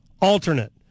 alternate